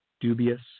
dubious